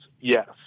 Yes